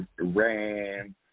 Iran